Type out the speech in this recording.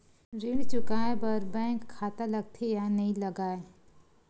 ऋण चुकाए बार बैंक खाता लगथे या नहीं लगाए?